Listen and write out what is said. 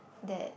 that